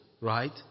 Right